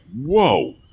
whoa